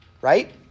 right